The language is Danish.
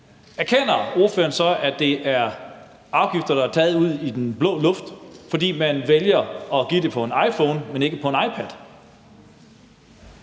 erkender, at det er afgifter, der er taget ud af den blå luft, fordi man vælger at give det på en iPhone, men ikke på en iPad.